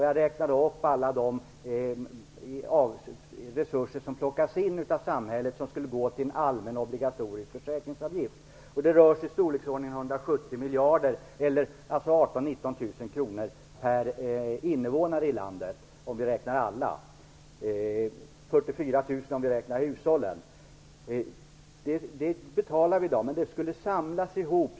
Jag räknade upp alla de resurser som plockas in av samhället som skulle gå till en allmän obligatorisk försäkringsavgift. Det rör sig om i storleksordningen 170 miljarder, eller 18 000-19 000 kr per invånare i landet, om vi räknar alla, eller 44 000 kr, om vi räknar hushållen. Det betalar vi i dag. De medlen skulle samlas ihop.